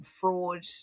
fraud